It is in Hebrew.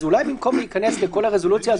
אז אולי במקום להיכנס לכל הרזולוציה הזו